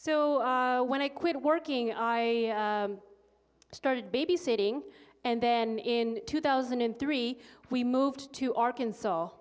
so when i quit working i started babysitting and then in two thousand and three we moved to arkansas